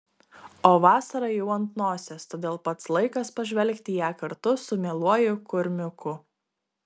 o vasara jau ant nosies todėl pats laikas pažvelgti į ją kartu su mieluoju kurmiuku